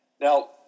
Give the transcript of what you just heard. Now